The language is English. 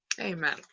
Amen